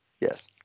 Yes